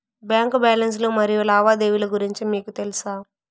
Bank balance లు మరియు లావాదేవీలు గురించి మీకు తెల్సా?